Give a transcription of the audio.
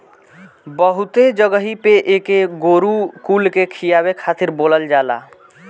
बहुते जगही पे एके गोरु कुल के खियावे खातिर बोअल जाला